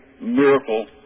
miracle